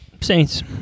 Saints